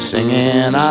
Singing